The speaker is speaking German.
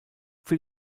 für